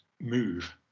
move